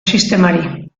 sistemari